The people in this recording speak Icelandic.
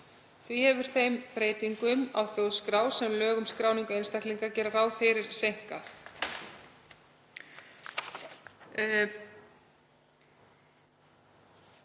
Því hefur þeim breytingum á þjóðskrá, sem lög um skráningu einstaklinga gera ráð fyrir, seinkað.